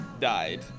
died